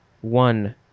One